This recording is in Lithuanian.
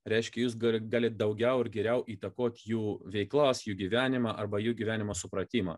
reiškia jūs gali galit daugiau ir geriau įtakot jų veiklos jų gyvenimą arba jų gyvenimo supratimą